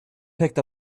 picked